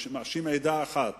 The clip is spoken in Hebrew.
מאשים עדה אחת